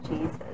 Jesus